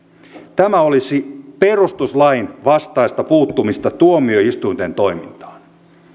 tämä olisi perustuslain vastaista puuttumista tuomioistuinten toimintaan